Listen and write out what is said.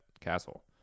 castle